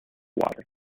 water